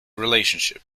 relationship